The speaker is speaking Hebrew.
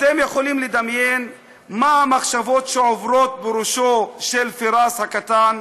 אתם יכולים לדמיין מה המחשבות שעוברות בראשו של פיראס הקטן?